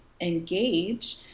engage